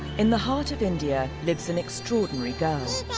in the heart of india lives an extraordinary girl.